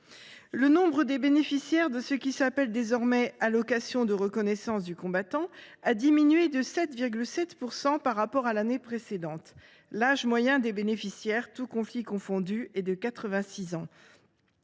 Le nombre des bénéficiaires de la retraite du combattant, qui s’appelle désormais allocation de reconnaissance du combattant, a diminué de 7,7 % par rapport à l’année précédente. L’âge moyen des bénéficiaires, tous conflits confondus, est de 86 ans.